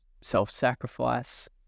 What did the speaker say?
self-sacrifice